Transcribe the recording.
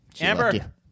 Amber